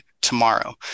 tomorrow